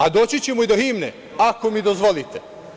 A doći ćemo i do himne, ako mi dozvolite.